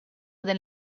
del